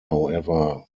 however